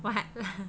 what